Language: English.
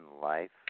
life